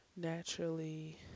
naturally